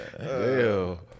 Hell